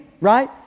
right